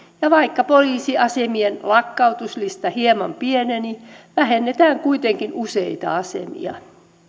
ja vaikka poliisiasemien lakkautuslista hieman pieneni vähennetään kuitenkin useita asemia